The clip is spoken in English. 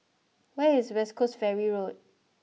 where is West Coast Ferry Road